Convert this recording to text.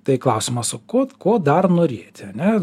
tai klausimas o ko ko dar norėti ane